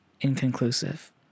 inconclusive